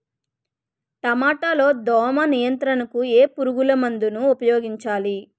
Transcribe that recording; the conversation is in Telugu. టమాటా లో దోమ నియంత్రణకు ఏ పురుగుమందును ఉపయోగించాలి?